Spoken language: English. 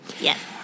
Yes